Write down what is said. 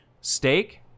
Steak